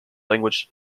language